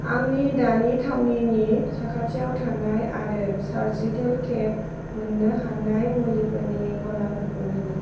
आंनि दानि थावनिनि साखाथियाव थानाय आरो सार्जिकेल केम्प मोननो हानाय मुलिनिफोरनि गलाफोरखौ नागिर